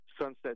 Sunset